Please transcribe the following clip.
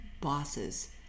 bosses